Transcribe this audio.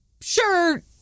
sure